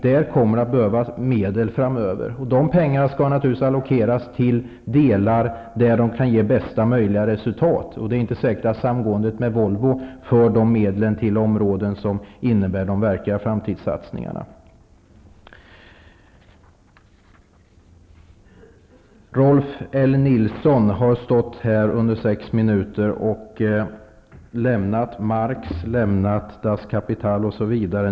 Där kommer det att behövas medel framöver, och de pengarna skall naturligtvis allokeras till delar där de kan ge bästa möjliga resultat. Det är inte säkert att samgåendet med Volvo för de medlen till områden som innebär de verkliga framtidssatsningarna. Rolf L Nilson har stått här under sex minuter och under dem lämnat Marx, Das Kapital.